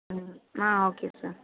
ம் ah okay sir